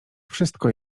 wszystko